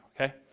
okay